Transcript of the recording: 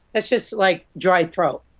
that's just, like, dry throat.